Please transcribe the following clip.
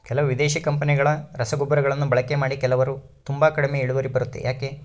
ಕೆಲವು ವಿದೇಶಿ ಕಂಪನಿಗಳ ರಸಗೊಬ್ಬರಗಳನ್ನು ಬಳಕೆ ಮಾಡಿ ಕೆಲವರು ತುಂಬಾ ಕಡಿಮೆ ಇಳುವರಿ ಬರುತ್ತೆ ಯಾಕೆ?